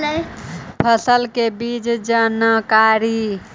फसल के बीज की जानकारी?